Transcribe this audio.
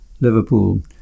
Liverpool